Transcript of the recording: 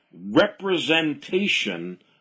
representation